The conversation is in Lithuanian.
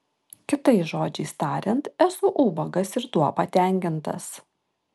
kitais žodžiais tariant esu ubagas ir tuo patenkintas